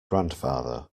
grandfather